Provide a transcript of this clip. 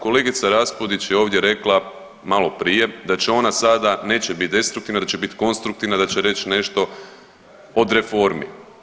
Kolegica, kolegica Raspudić je ovdje rekla maloprije da će ona sada, neće bit destruktivna da će bit konstruktivna da će reć nešto od reformi.